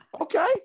okay